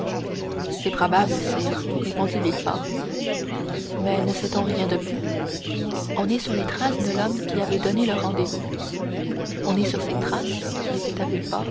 c'est probable sire répondit villefort mais ne sait-on rien de plus on est sur les traces de l'homme qui avait donné le rendez-vous on est sur ses traces